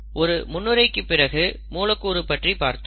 ஒரு முன்னுரைக்கு பிறகு மூலக்கூறு பற்றி பார்த்தோம்